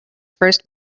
first